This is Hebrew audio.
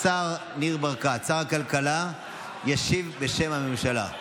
שר הכלכלה ניר ברקת ישיב בשם הממשלה.